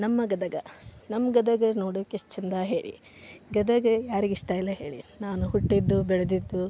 ನಮ್ಮ ಗದಗ ನಮ್ಮ ಗದಗ ನೋಡೋಕೆ ಎಷ್ಟು ಚಂದ ಹೇಳಿ ಗದಗ ಯಾರಿಗೆ ಇಷ್ಟ ಇಲ್ಲ ಹೇಳಿ ನಾನು ಹುಟ್ಟಿದ್ದು ಬೆಳೆದಿದ್ದು